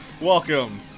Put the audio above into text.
Welcome